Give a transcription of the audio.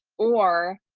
or